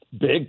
big